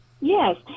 Yes